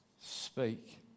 speak